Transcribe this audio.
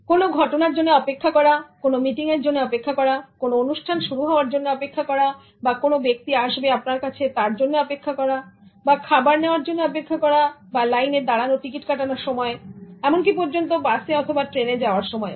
কোন ঘটনার জন্য অপেক্ষা করা কোন মিটিংয়ের জন্য অপেক্ষা করা কোন অনুষ্ঠান শুরু হওয়ার জন্য অপেক্ষা করা বা কোন ব্যক্তি আসবে আপনার কাছে তার জন্য অপেক্ষা করা বা খাবার নেওয়ার জন্য অপেক্ষা করা বা লাইনে দাঁড়ানো টিকিট কাটার সময় এমনকি পর্যন্ত বাসে অথবা ট্রেনে যাওয়ার সময়ও